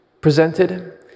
presented